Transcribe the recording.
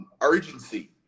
urgency